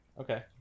Okay